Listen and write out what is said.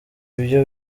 ibyo